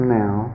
now